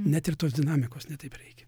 net ir tos dinamikos ne taip reikia